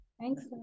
Thanks